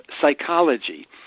psychology